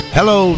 Hello